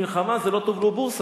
מלחמה זה לא טוב לבורסה.